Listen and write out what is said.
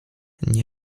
nie